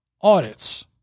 audits